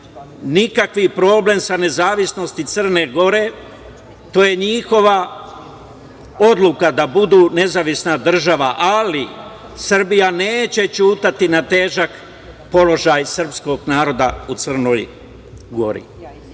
nikakav problem sa nezavisnosti Crne Gore, to je njihova odluka da budu nezavisna država, ali Srbija neće ćutati na težak položaj sprskog naroda u Crnog Gori.U